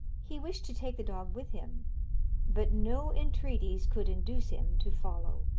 he wished to take the dog with him but no entreaties could induce him to follow.